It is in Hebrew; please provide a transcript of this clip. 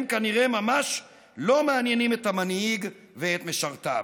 הם כנראה ממש לא מעניינים את המנהיג ואת משרתיו.